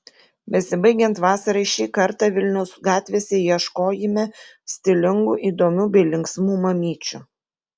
besibaigiant vasarai šį kartą vilniaus gatvėse ieškojime stilingų įdomių bei linksmų mamyčių